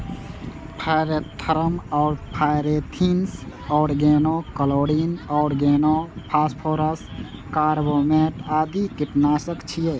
pyrethrum आ pyrethrin, organochlorine, organophosphorus, carbamate आदि कीटनाशक छियै